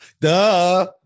Duh